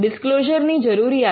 disclosure ની જરૂરિયાતો